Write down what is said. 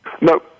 No